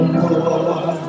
more